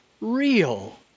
real